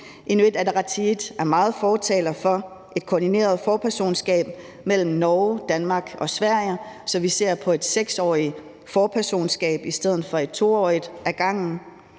Inuit Ataqatigiit er store fortalere for et koordineret forpersonskab mellem Norge, Danmark og Sverige, så vi ser på et 6-årigt forpersonskab i stedet for et på 2 år ad gangen.